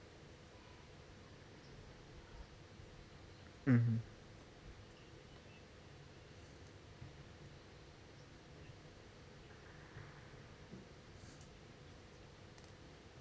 mmhmm